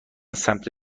سمت